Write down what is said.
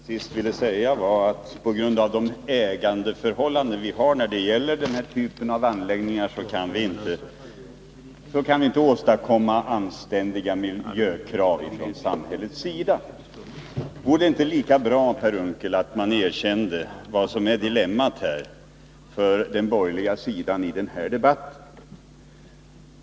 Herr talman! Vad Per Unckel senast ville säga var att samhället, på grund av de ägandeförhållanden vi har när det gäller den här typen av anläggningar, inte kan ställa anständiga miljökrav. Vore det inte lika bra att Per Unckel erkände vad som är dilemmat för den borgerliga sidan i den här debatten?